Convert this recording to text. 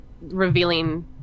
revealing